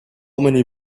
many